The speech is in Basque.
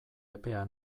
epea